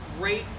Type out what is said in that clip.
great